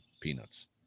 peanuts